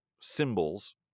Symbols